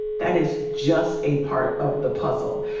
that is just a part of the puzzle.